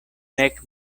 nek